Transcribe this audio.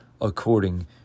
according